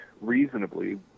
reasonably